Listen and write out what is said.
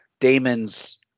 Damon's